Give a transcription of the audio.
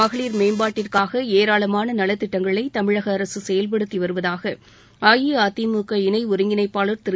மகளிர் மேம்பாட்டிற்காக ஏராளமான நலத் திட்டங்களை தமிழக அரசு செயல்படுத்தி வருவதாக அஇஅதிமுக இணை ஒருங்கிணைப்பாளர் திரு